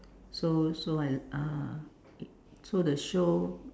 so so I uh so the show